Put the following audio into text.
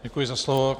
Děkuji za slovo.